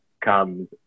comes